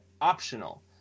optional